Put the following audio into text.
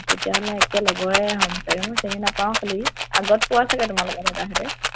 তেতিয়াহ'লে একে লগৰে হম চাগে মই চিনি নাপাওঁ খালী আগত পোৱা চাগে তোমাৰ